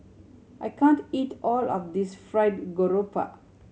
I can't eat all of this Fried Garoupa